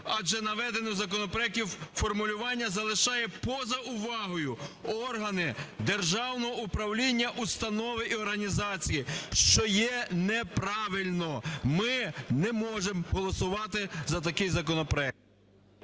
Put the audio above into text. адже наведене в законопроекті формулювання залишає поза увагою органи державного управління, установи і організації, що є неправильно. Ми не можемо голосувати за такий законопроект.